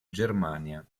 germania